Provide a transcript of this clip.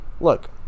look